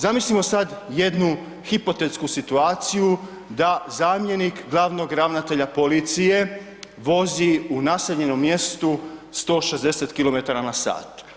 Zamislimo sada jednu hipotetsku situaciju da zamjenik glavnog ravnatelja policije vozi u naseljenom mjestu 160 km/